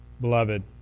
beloved